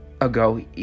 ago